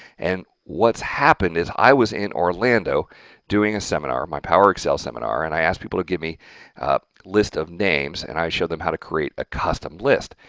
and what's happened is i was in orlando doing a seminar, my power excel seminar, and i asked people to give me a list of names, and i showed them how to create a custom list,